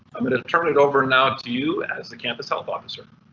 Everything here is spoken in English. i'm gonna turn it over now to you as the campus health officer.